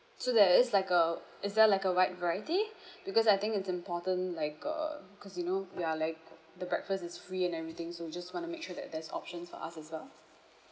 so there is like a is there like a wide variety because I think it's important like uh cause you know we are like the breakfast is free and everything so we just want to make sure that there's options for us as well